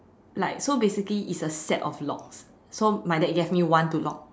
like so basically is a set of locks so my dad gave me one to lock